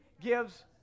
gives